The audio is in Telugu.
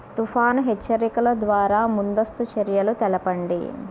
తుఫాను హెచ్చరికల ద్వార ముందస్తు చర్యలు తెలపండి?